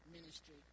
ministry